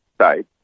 side